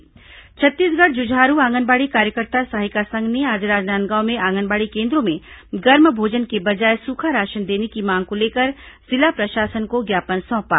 छत्तीसगढ़ जुझारू आंगनबाड़ी कार्यकर्ता सहायिका संघ ने आज राजनांदगांव में आंगनबाड़ी केन्द्रों में गर्म भोजन के बजाय सूखा राशन देने की मांग को लेकर जिला प्रशासन को ज्ञापन सौंपा